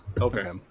Okay